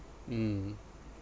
mm